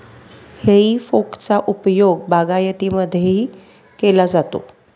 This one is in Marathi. हेई फोकचा उपयोग बागायतीमध्येही केला जातो